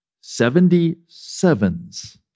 Seventy-sevens